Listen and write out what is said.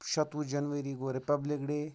شَتوُہ جَنوری گوٚو رِپَبلِک ڈے